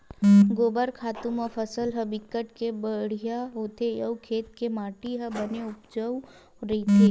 गोबर खातू म फसल ह बिकट के बड़िहा होथे अउ खेत के माटी ह बने उपजउ रहिथे